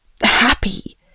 happy